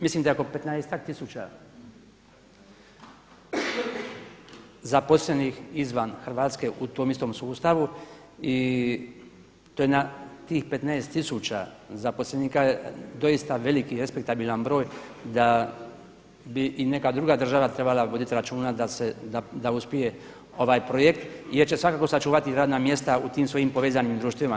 Mislim da je oko petnaestak tisuća zaposlenih izvan Hrvatske u tom istom sustavu i to je na tih 15000 zaposlenika doista veliki respektabilan broj da bi i neka druga država trebala vodit računa da uspije ovaj projekt jer će svakako sačuvati radna mjesta u tim svojim povezanim društvima.